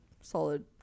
solid